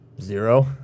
Zero